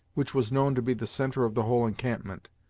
which was known to be the centre of the whole encampment.